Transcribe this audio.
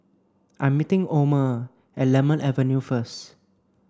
I'm meeting Omer at Lemon Avenue first